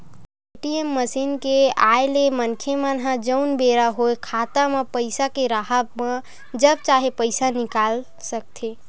ATM मसीन के आय ले मनखे मन ह जउन बेरा होय खाता म पइसा के राहब म जब चाहे पइसा निकाल सकथे